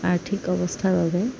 আৰ্থিক অৱস্থাৰ বাবে